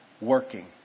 working